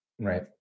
Right